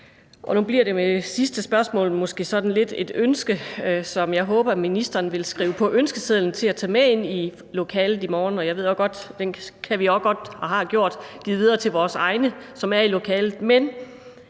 Nu bliver det med sidste spørgsmål måske sådan lidt et ønske, som jeg håber ministeren vil skrive på ønskesedlen til at tage med ind i lokalet i morgen. Og jeg ved godt, at den kan vi også godt, og det har vi også gjort, give videre til vores egne, som er i lokalet.